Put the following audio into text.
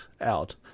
out